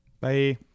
Bye